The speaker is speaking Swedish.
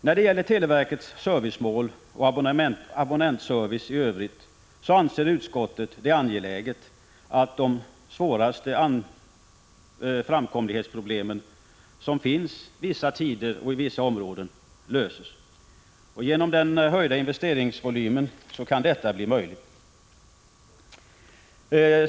När det gäller televerkets servicemål och abonnentservice i övrigt anser utskottet det mycket angeläget att de svåraste framkomlighetsproblemen — som finns vissa tider och i vissa områden — löses. Genom den höjda investeringsvolymen kan detta bli möjligt.